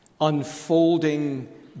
unfolding